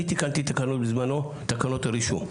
אני תיקנתי תקנות בזמנו, תקנות הרישום.